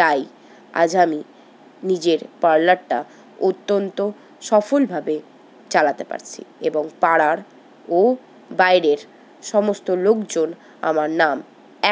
তাই আজ আমি নিজের পার্লারটা অত্যন্ত সফলভাবে চালাতে পারছি এবং পাড়ার ও বাইরের সমস্ত লোকজন আমার নাম